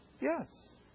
Yes